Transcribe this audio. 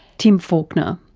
tim falconer.